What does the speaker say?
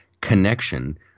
connection